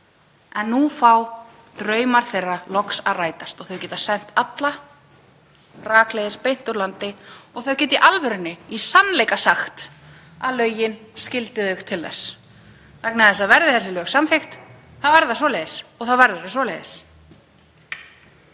En nú fá draumar þeirra loks að rætast og þau geta sent alla rakleiðis úr landi og þau geta í alvörunni og sannleika sagt að lögin skyldi þau til þess, vegna þess að verði þessi lög samþykkt þá er það svoleiðis og þá verður það svoleiðis.